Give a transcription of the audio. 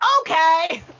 okay